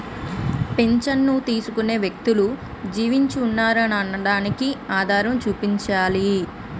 పింఛను తీసుకునే వ్యక్తులు జీవించి ఉన్నారు అనడానికి ఆధారం చూపించాలి